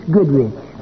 Goodrich